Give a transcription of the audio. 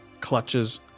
clutches